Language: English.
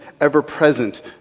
ever-present